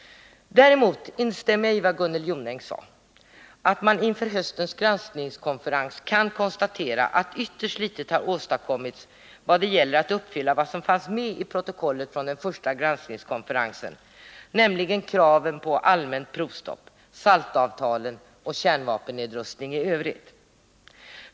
Däremot instämmer jag i Gunnel Jonängs uttalande att man inför höstens granskningskonferens kan konstatera att ytterst litet har åstadkommits i vad gäller uppfyllandet av vad som fanns med i protokollet från den första granskningskonferensen, nämligen kraven på allmänt provstopp, SALT avtalen och kärnvapennedrustning i övrigt.